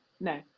No